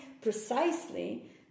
precisely